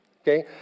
Okay